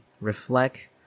reflect